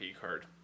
card